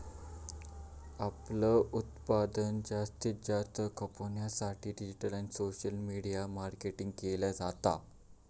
आपला उत्पादन जास्तीत जास्त खपवच्या साठी डिजिटल आणि सोशल मीडिया मार्केटिंग केला जाता